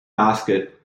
basket